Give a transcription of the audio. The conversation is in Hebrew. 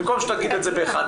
במקום שתגיד את זה ב-11:00,